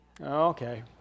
Okay